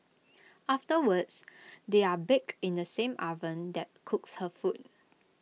afterwards they are baked in the same oven that cooks her food